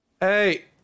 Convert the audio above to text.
Hey